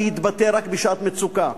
להתבטא רק בשעת מצוקה.